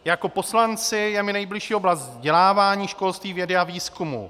Jako poslanci je mi nejbližší oblast vzdělávání, školství, vědy a výzkumu.